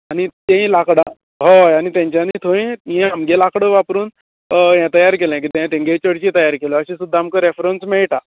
आनी तें लांकडां होय आनी तेंच्यानी खंय ये आमगे लांकड वापरून ये तयार केलें कितें तेंगे चर्ची तयार केल्यो अशें सुद्दां आमकां रेफर्रंस मेळटा